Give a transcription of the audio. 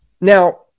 Now